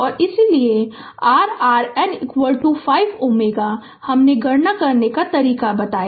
और इसलिए कि r RN 5 Ω हमने गणना करने का तरीका बताया